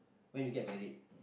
when you get married